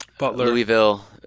Louisville